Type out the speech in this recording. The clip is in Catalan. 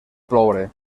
ploure